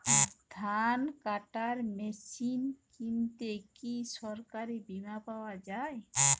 ধান কাটার মেশিন কিনতে কি সরকারী বিমা পাওয়া যায়?